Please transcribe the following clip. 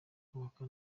kubaka